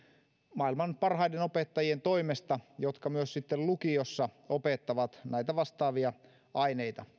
maailman parhaiden opettajien toimesta jotka myös lukiossa opettavat näitä vastaavia aineita